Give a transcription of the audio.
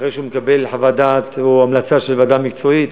אחרי שהוא מקבל חוות דעת או המלצה של ועדה מקצועית